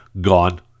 gone